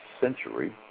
century